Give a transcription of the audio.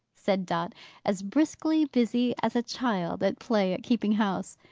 said dot as briskly busy as a child at play at keeping house.